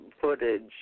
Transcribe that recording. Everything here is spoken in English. footage